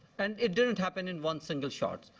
and it didn't happen in one single shot.